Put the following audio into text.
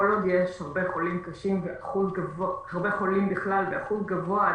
כל עוד יש הרבה חולים בכלל באחוז גבוה,